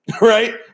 right